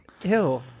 Ew